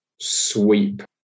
sweep